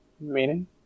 Meaning